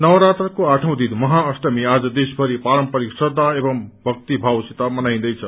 नवरात्रको आठौँ दिन महाअष्टमी आज देशभरि पारम्परिक श्रद्धा एवं भक्तिभावसित मनाइँदैछ